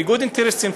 ניגוד אינטרסים,